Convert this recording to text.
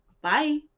Bye